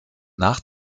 nach